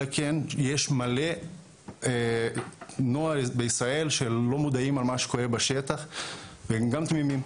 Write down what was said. אלא יש מלא נוער בישראל שלא מודעים על מה שקורה בשטח והם גם תמימים.